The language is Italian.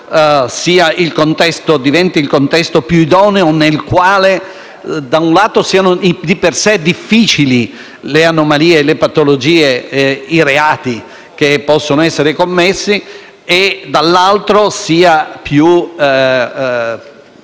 come comunità diventino il contesto più idoneo nel quale, da un lato, siano di per sé difficili le anomalie, le patologie e i reati che possono essere commessi e, dall'altro, sia più